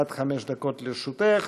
עד חמש דקות לרשותך,